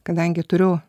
kadangi turiu